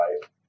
life